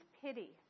pity